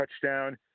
touchdown